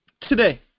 Today